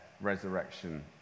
resurrection